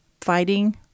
fighting